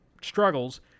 struggles